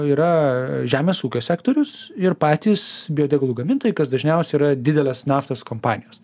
yra žemės ūkio sektorius ir patys biodegalų gamintojai kas dažniausiai yra didelės naftos kompanijos